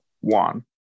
one